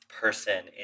person